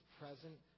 present